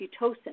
oxytocin